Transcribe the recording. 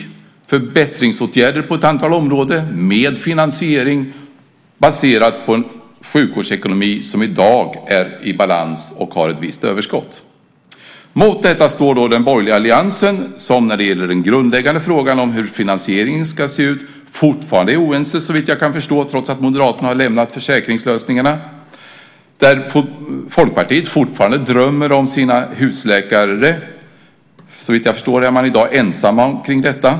Det handlar om förbättringsåtgärder på ett antal områden med finansiering baserad på en sjukvårdsekonomi som i dag är i balans och har ett visst överskott. Mot detta står då den borgerliga alliansen som när det gäller den grundläggande frågan om hur finansieringen ska se ut fortfarande är oense såvitt jag kan förstå, trots att Moderaterna har lämnat försäkringslösningarna. Folkpartiet drömmer fortfarande om sina husläkare. Såvitt jag förstår är man i dag ensam om detta.